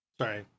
Sorry